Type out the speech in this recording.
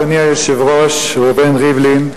אדוני היושב-ראש ראובן ריבלין,